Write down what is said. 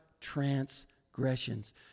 transgressions